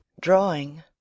drawing